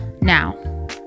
Now